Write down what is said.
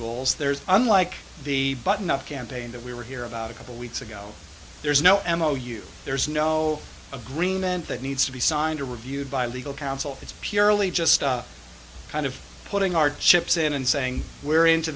goals there's unlike the button up campaign that we were here about a couple weeks ago there's no ammo you there's no agreement that needs to be signed or reviewed by legal counsel it's purely just kind of putting our chips in and saying we're into